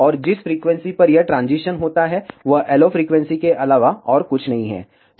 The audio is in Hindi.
और जिस फ्रीक्वेंसी पर यह ट्रांजीशन होता है वह LO फ्रीक्वेंसी के अलावा और कुछ नहीं है